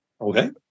Okay